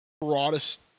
broadest